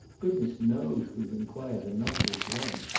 goodness knows we've been quiet enough this lent.